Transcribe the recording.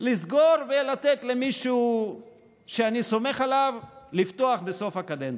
לסגור ולתת למישהו שאני סומך עליו לפתוח בסוף הקדנציה.